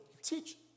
teach